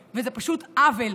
ואופוזיציה.